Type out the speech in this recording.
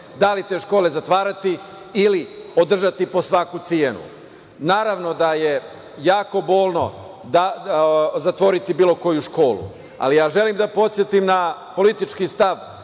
Da li te škole zatvarati ili održati po svaku cenu? Naravno da je jako bolno zatvoriti bilo koju školu, ali ja želim da podsetim na politički stav